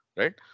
right